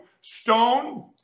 STONE